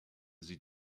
sie